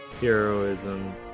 Heroism